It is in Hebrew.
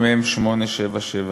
מ/877.